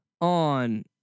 on